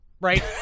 right